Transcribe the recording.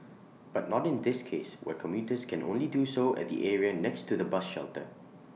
but not in this case where commuters can only do so at the area next to the bus shelter